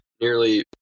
nearly